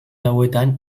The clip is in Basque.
hauetan